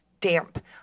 damp